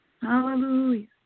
Hallelujah